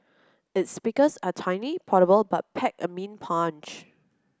its speakers are tiny portable but pack a mean punch